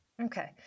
Okay